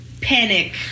Panic